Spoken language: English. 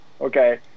okay